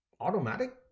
automatic